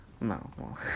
No